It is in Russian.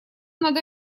надо